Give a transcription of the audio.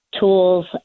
tools